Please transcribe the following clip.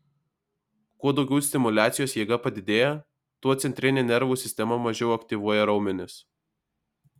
kuo daugiau stimuliacijos jėga padidėja tuo centrinė nervų sistema mažiau aktyvuoja raumenis